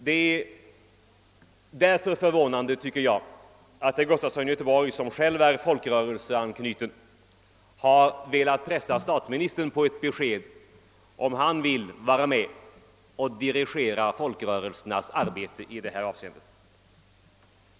Det är därför förvånande, tycker jag, att herr Gustafson i Göteborg, som själv är folkrörelseanknuten, har velat pressa statsministern på ett besked om han vill vara med och dirigera folkrörelsernas arbete i detta avseende.